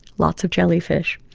lots of jellyfish.